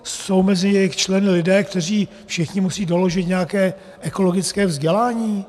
Jsou mezi jejich členy, kteří všichni musí doložit nějaké ekologické vzdělání?